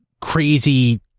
crazy